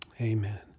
amen